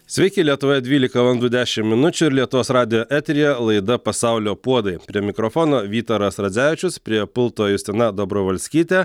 sveiki lietuvoje dvylika valandų dešimt minučių ir lietuvos radijo eteryje laida pasaulio puodai prie mikrofono vytaras radzevičius prie pulto justina dobrovolskytė